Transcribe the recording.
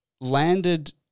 landed